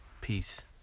Peace